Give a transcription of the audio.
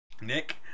nick